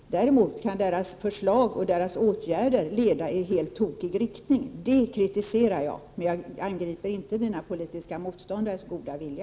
Däremot kan deras förslag och deras åtgärder leda i helt tokig riktning. Det kritiserar jag. Men jag angriper inte mina politiska motståndares goda vilja.